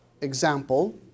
example